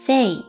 Say